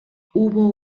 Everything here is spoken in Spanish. hubo